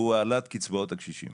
והוא העלאת קצבאות הקשישים